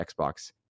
Xbox